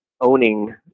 owning